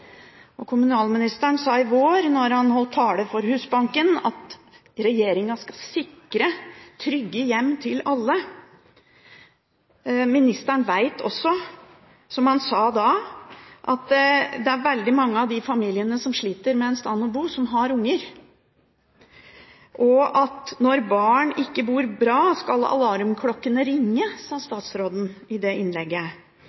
og kommunalministeren sa i vår da han holdt tale for Husbanken, at regjeringen skal sikre trygge hjem til alle. Ministeren vet også, som han sa da, at det er veldig mange av de familiene som sliter med et sted å bo, som har unger. Når barn ikke bor bra, skal alarmklokkene ringe, sa